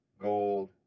gold